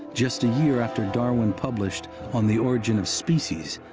just a year after darwin published on the origin of species,